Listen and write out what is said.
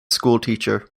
schoolteacher